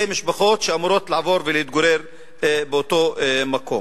משפחות שאמורות לעבור ולהתגורר באותו מקום.